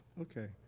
okay